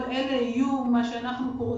כל אלה יהיו הנבטה,